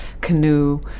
canoe